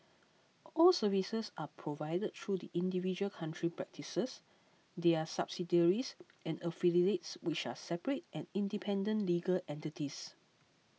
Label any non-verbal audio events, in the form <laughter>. all services are provided through the individual country practices their subsidiaries <noise> and affiliates which are separate and independent legal entities